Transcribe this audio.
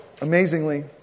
Amazingly